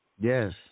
Yes